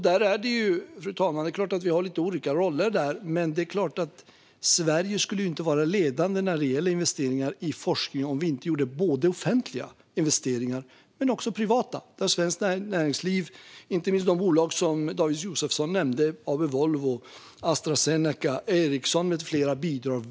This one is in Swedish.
Det är klart att vi har lite olika roller där, fru talman, men Sverige skulle inte vara ledande när det gäller investeringar i forskning om vi inte gjorde såväl offentliga investeringar som privata. Där bidrar svenskt näringsliv, inte minst de bolag David Josefsson nämnde, som AB Volvo, Astra Zeneca, Ericsson med flera.